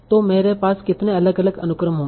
तो मेरे पास कितने अलग अलग अनुक्रम होंगे